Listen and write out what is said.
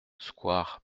square